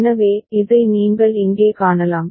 எனவே இதை நீங்கள் இங்கே காணலாம்